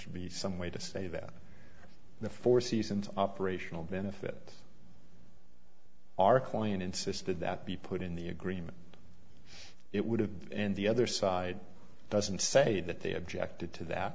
be some way to say that the four seasons operational benefit our client insisted that be put in the agreement it would have and the other side doesn't say that they objected to that